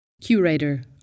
Curator